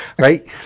right